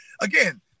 again